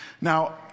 Now